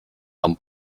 han